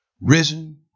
risen